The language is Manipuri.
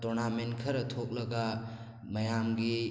ꯇꯣꯔꯅꯥꯃꯦꯟ ꯈꯔ ꯊꯣꯛꯂꯒ ꯃꯌꯥꯝꯒꯤ